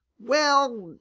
well,